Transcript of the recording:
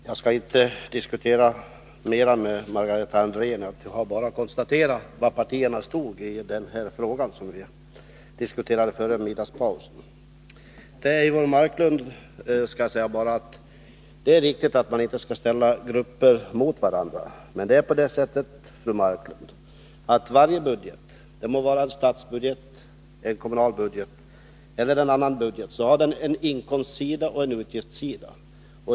Herr talman! Jag skall inte diskutera mera med Margareta Andrén. Jag har bara konstaterat var partierna stod i den fråga som vi diskuterade före middagspausen. Det är riktigt, Eivor Marklund, att man inte skall ställa grupper mot varandra. Men varje budget, det må vara statsbudget, kommunalbudget eller annan budget, har en inkomstsida och en utgiftssida.